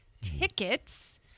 tickets